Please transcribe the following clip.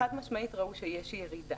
וחד-משמעית ראו שיש ירידה.